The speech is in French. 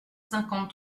cinquante